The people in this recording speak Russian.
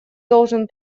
должен